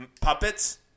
puppets